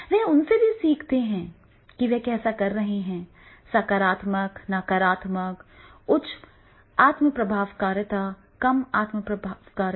वे उनसे सीखते हैं कि वे कैसे कर रहे हैं सकारात्मक नकारात्मक उच्च आत्म प्रभावकारिता कम आत्म प्रभावकारिता